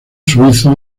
suizos